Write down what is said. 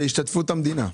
בהשתתפות המדינה.